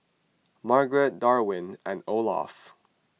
Margaret Darwyn and Olaf